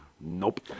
Nope